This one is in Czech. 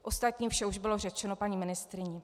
Ostatní vše už bylo řečeno paní ministryní.